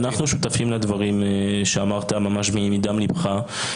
אנחנו שותפים לדברים שאמרת ממש מדם ליבך.